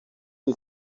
the